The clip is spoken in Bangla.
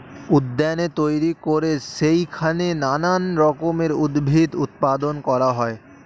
উদ্যানে তৈরি করে সেইখানে নানান রকমের উদ্ভিদ উৎপাদন করা হয়